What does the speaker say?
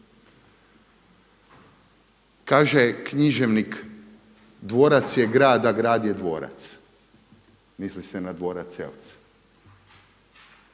Kaže književnik dvorac je grad, a grad je dvorac. Misli se na dvorac Eltz.